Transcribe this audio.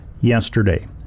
yesterday